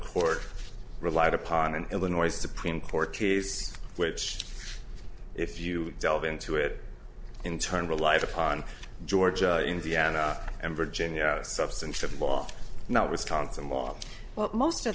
court relied upon an illinois supreme court case which if you delve into it in turn relied upon georgia indiana and virginia the substance of the law not wisconsin law well most